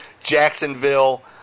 Jacksonville